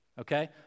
Okay